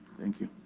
thank you.